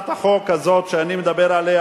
הצעת החוק הזאת שאני מדבר עליה,